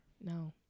No